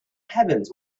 heavens